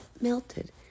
melted